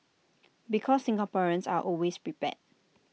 because Singaporeans are always prepared